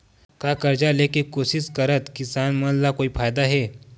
का कर्जा ले के कोशिश करात किसान मन ला कोई फायदा हे?